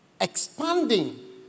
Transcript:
expanding